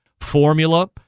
formula